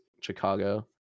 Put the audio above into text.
Chicago